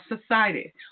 society